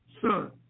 son